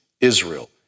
Israel